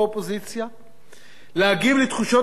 להגיב לתחושות הציבור מחד גיסא,